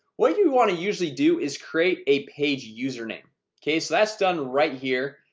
what you want to usually do is create a page username okay, so that's done right here,